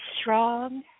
strong